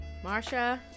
Marsha